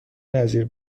نظیر